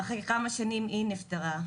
אחרי כמה שנים היא נפטרה,